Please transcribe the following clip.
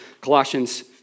Colossians